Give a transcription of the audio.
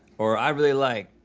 or i really like,